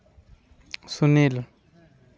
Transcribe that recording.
Sunil